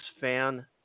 fan